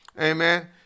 Amen